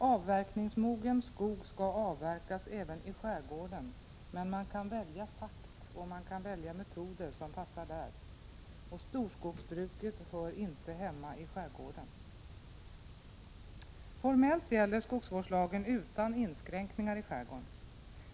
Avverkningsmogen skog skall avverkas även i skärgården, men man kan välja takt och man kan välja metoder som passar där, och storskogsbruket hör inte hemma i skärgården. Formellt gäller skogsvårdslagen utan inskränkningar i skärgården.